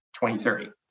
2030